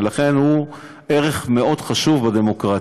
ולכן הוא ערך מאוד חשוב בדמוקרטיה.